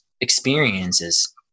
experiences